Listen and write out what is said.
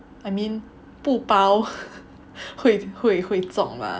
I mean 不包会会会中 mah